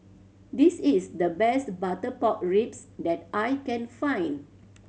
this is the best butter pork ribs that I can find